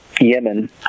Yemen